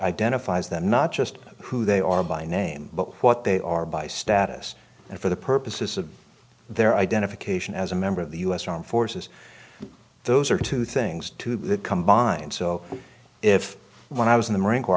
identifies them not just who they are by name but what they are by status and for the purposes of their identification as a member of the u s armed forces those are two things to be combined so if when i was in the marine corps